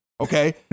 okay